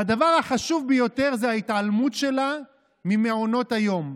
והדבר החשוב ביותר זה ההתעלמות שלה ממעונות היום.